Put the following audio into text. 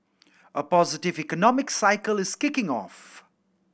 a positive economic cycle is kicking off